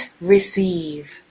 receive